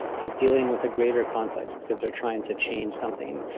is dealing with a greater conflict, because they're trying to change something.